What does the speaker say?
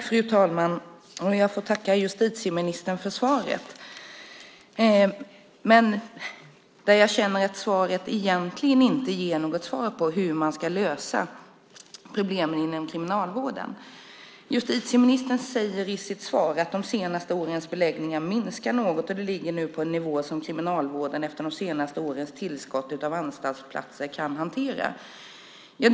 Fru talman! Jag får tacka justitieministern för svaret, men jag känner att detta egentligen inte ger något svar på hur man ska lösa problemen inom Kriminalvården. Justitieministern säger i sitt svar: "De senaste åren har beläggningen minskat något. Den ligger nu på en nivå som Kriminalvården efter de senaste årens tillskott av anstaltsplatser kan hantera."